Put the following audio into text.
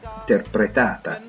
interpretata